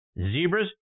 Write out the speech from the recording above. Zebras